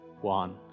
one